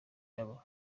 nabo